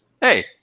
Hey